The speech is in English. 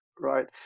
Right